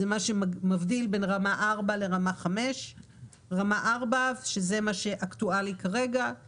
זה מה שמבדיל בין רמה 4 לרמה 5. רמה 4 זה מה שאקטואלי כרגע,